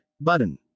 button